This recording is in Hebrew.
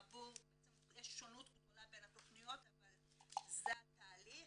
יש שונות גדולה בין התכניות אבל זה התהליך.